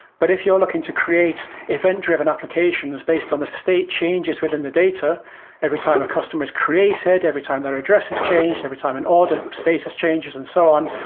but if you're looking to create event-driven applications based on the state changes within the data every time a customer is created, every time their address has changed, every time an order status changes and so on,